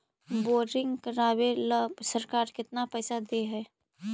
Boring करबाबे ल सरकार केतना पैसा दे है?